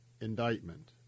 indictment